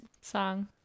song